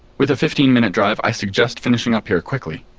with a fifteen minute drive, i suggest finishing up here quickly